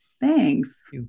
Thanks